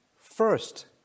first